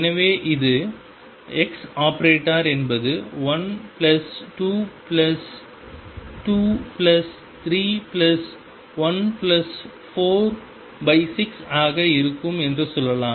எனவே இது ⟨x⟩ என்பது1223146 ஆக இருக்கும் என்று சொல்லலாம்